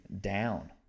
down